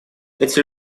эти